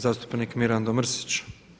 Zastupnik Mirando Mrsić.